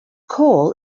coal